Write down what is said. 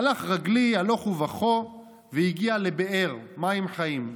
הלך רגלי הלוך ובכה והגיע לבאר מים חיים,